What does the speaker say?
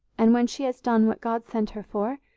and when she has done what god sent her for,